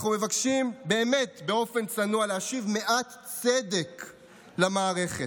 אנחנו מבקשים באמת באופן צנוע להשיב מעט צדק למערכת,